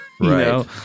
Right